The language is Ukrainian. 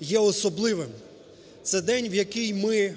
є особливим. Це день в який ми